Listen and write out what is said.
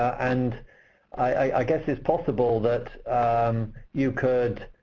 and i guess it's possible that you could.